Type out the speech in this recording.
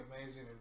amazing